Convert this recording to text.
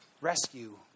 rescue